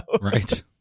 Right